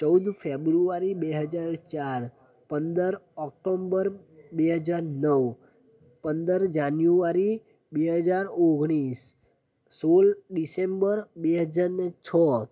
ચૌદ ફેબ્રુઆરી બે હજાર ચાર પંદર ઓક્ટોમ્બર બે હજાર નવ પંદર જાન્યુઆરી બે હજાર ઓગણીસ સોળ ડિસેમ્બર બે હજાર ને છ